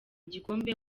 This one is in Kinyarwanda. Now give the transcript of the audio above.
gikombe